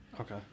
Okay